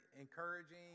encouraging